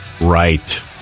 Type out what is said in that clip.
Right